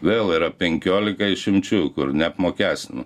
vėl yra penkiolika išimčių kur neapmokestina